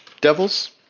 devils